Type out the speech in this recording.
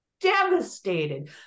devastated